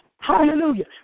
Hallelujah